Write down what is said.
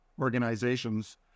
organizations